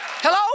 Hello